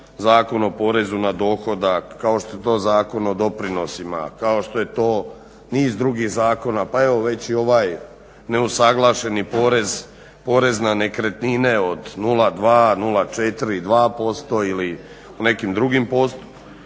Zakon o porezu na dohodak, kao što je to Zakon o doprinosima, kao što je to niz drugih zakona, pa već evo i ovaj neusuglašeni porez, porez na nekretnine od 0,2, 04 i 2% ili nekim drugim postupcima